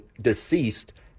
deceased